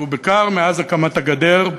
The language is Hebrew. בעיקר מאז הקמת הגדר,